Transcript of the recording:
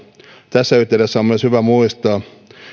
tässä yhteydessä on myös hyvä muistaa